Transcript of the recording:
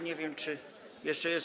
Nie wiem, czy jeszcze jest.